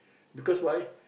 because why